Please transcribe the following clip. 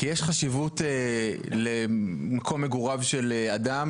כי יש חשיבות למקום מגוריו של אדם,